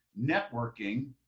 networking